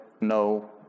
no